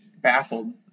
baffled